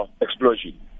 explosion